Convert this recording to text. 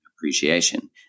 appreciation